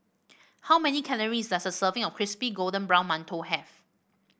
how many calories does a serving of Crispy Golden Brown Mantou have